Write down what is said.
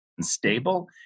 stable